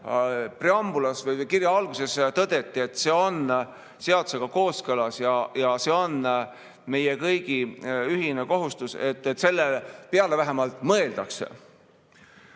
preambulis või kirja alguses tõdeti, et eelnõu on seadusega kooskõlas, et see on meie kõigi ühine kohustus, et selle peale vähemalt